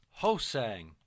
Hosang